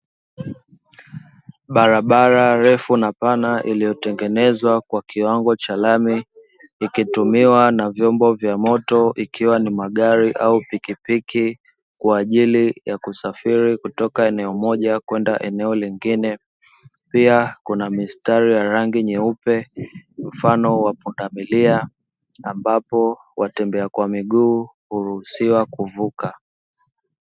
Barabara refu na pana iliyotengenezwa kwa kiwango cha lami; ikitumiwa na vyombo vya moto ikiwa ni magari au pikipiki, kwa ajili ya kusafiri kutoka eneo moja kwenda eneo lingine, pia kuna mistari ya rangi nyeupe mfano wa pundamilia ambapo watembea kwa miguu huruhusiwa kuvuka.